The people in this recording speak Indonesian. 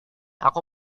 aku